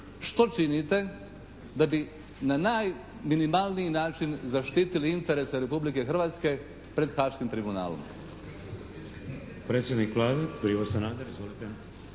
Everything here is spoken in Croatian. što činite da bi na najminimalniji način zaštitili interese Republike Hrvatske pred Haškim tribunalom?